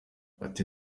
ati